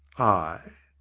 i?